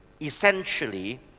essentially